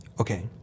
Okay